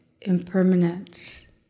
impermanence